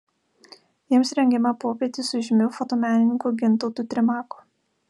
jiems rengiama popietė su žymiu fotomenininku gintautu trimaku